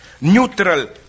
neutral